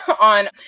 on